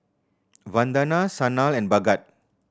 Vandana Sanal and Bhagat